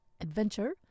adventure